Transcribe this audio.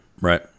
Right